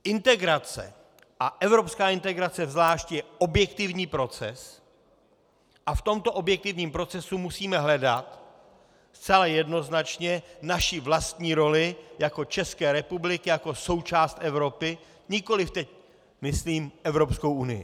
Integrace, a evropská integrace zvlášť, je objektivní proces a v tomto objektivním procesu musíme hledat zcela jednoznačně naši vlastní roli jako České republiky, jako součást Evropy, nikoliv teď myslím Evropskou unii.